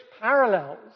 parallels